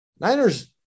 Niners